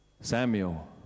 Samuel